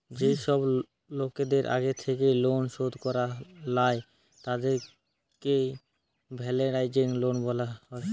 যেই সব লোকদের আগের থেকেই লোন শোধ করা লাই, তাদেরকে লেভেরাগেজ লোন বলা হয়